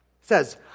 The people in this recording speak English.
says